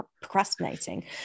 procrastinating